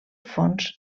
fons